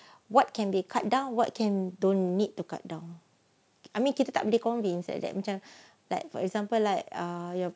what can be cut down what can don't need to cut down I mean kita tak boleh convince like that macam like for example ah you know